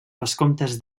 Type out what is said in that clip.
vescomtes